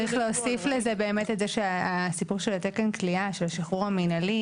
צריך להוסיף לזה את זה שהסיפור של תקן הכליאה של השחרור המינהלי